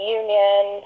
union